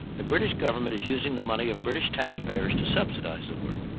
the british government is using the money of british taxpayers to subsidize the work.